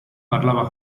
parlava